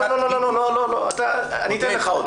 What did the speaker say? לא, אני אתן לך עוד.